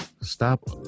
Stop